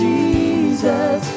Jesus